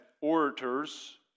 orators